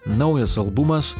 naujas albumas